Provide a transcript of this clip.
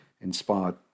inspired